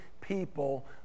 people